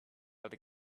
other